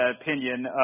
opinion